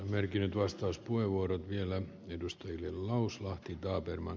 merkkinen vastauspuheenvuorot vielä edustajien lauslahti taberman